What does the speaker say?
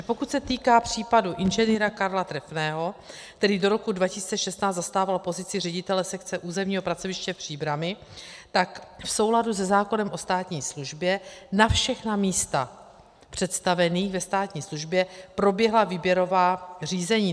Takže pokud se týká případu Ing. Karla Trefného, který do roku 2016 zastával pozici ředitele sekce územního pracoviště v Příbrami, tak v souladu se zákonem o státní službě na všechna místa představených ve státní službě proběhla výběrová řízení.